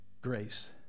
Grace